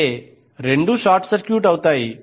అంటే రెండూ short circuit అవుతాయి